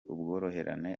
ubworoherane